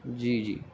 جی جی